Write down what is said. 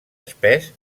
espès